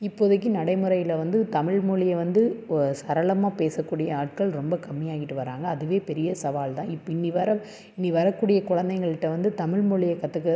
இப்போதைக்கு நடைமுறையில் வந்து தமிழ்மொழியை வந்து ஓ சரளமாக பேசக்கூடிய ஆட்கள் ரொம்ப கம்மியாகிக்கிட்டு வராங்க அதுவே பெரிய சவால் தான் இப்போ இனி வர இனி வரக்கூடிய குழந்தைங்கள்ட்ட வந்து தமிழ்மொழியை கற்றுக்க